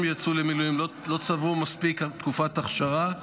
יצאו למילואים לא צברו מספיק תקופת אכשרה,